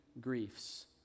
griefs